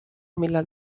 millal